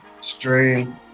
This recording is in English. stream